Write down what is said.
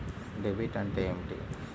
Debit అంటే ఏమిటి?